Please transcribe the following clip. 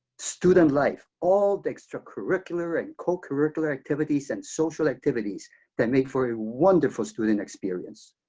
student life, all the extracurricular and co curricular activities and social activities that make for a wonderful student experience.